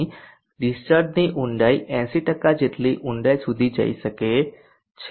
અહીં ડીસ્ચાર્જની ઊંડાઈ 80 જેટલી ઊંડાઇ સુધી જઈ શકે છે